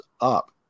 up